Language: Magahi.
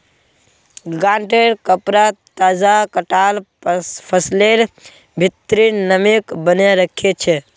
गांठेंर कपडा तजा कटाल फसलेर भित्रीर नमीक बनयें रखे छै